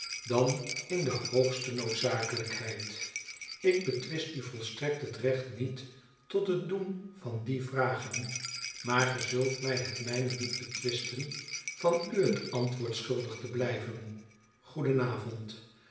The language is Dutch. dan in de hoogste noodzakelijkheid ik betwist u volstrekt het recht niet tot het doen van die vragen maar ge zult mij het mijne niet betwisten van u het antwoord schuldig te blijven goedenavond